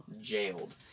jailed